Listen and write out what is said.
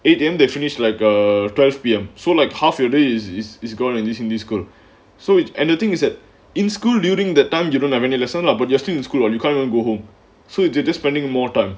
idiom they finished like a twelve P_M so like half your day is gone and using this school so it's anything is it in school during that time you don't have any listen lah but yesterday in school or you can't even go home so it dear dear spending more time